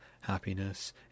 happiness